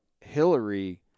Hillary